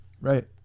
right